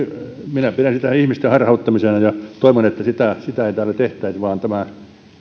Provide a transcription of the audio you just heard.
minä pidän sitä ihmisten harhauttamisena ja toivon että sitä sitä ei täällä tehtäisi vaan tämä